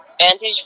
vantage